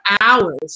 hours